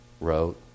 wrote